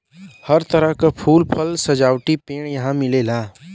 हर तरह क फूल, फल, सजावटी पेड़ यहां मिलेला